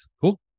Cool